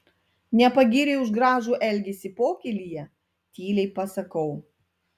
nepagyrei už gražų elgesį pokylyje tyliai pasakau